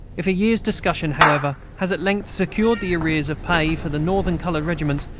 if a year's discussion, however, has at length secured the arrears of pay for the northern colored regiments,